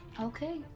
Okay